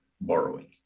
borrowing